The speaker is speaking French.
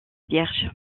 vierge